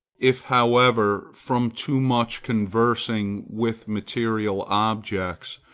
if however, from too much conversing with material objects,